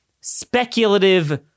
speculative